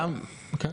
הבנתי,